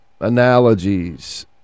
analogies